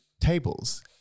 tables